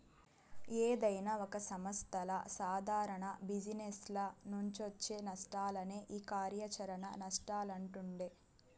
ఏదైనా ఒక సంస్థల సాదారణ జిజినెస్ల నుంచొచ్చే నష్టాలనే ఈ కార్యాచరణ నష్టాలంటుండె